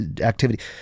activity